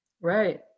right